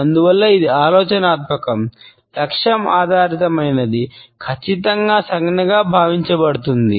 అందువల్ల ఇది ఆలోచనాత్మకం లక్ష్యం ఆధారితమైనది ఖచ్చితమైన సంజ్ఞగా భావించబడుతుంది